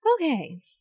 okay